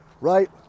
right